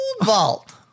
vault